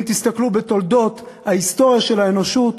אם תסתכלו בהיסטוריה של האנושות,